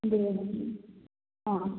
ಹಾಂ